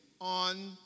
on